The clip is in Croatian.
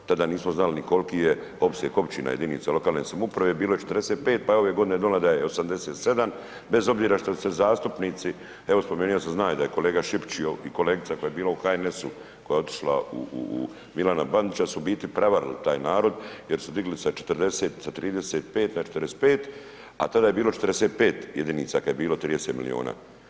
Tada nismo znali ni koliki je opseg općina jedinica lokalne samouprave, bilo je 45, pa je ove godine .../nerazumljivo/... 87, bez obzira što su se zastupnici, evo spomenuo sam, znaju da je kolega Šipić i kolegica koja je bila u HNS-u koja je otišla u Milana Bandića su u biti prevarili taj narod jer su digli sa 40, sa 35 na 45, a tada je bilo 45 jedinica kad je bilo 30 milijuna.